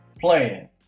Playing